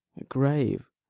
grave?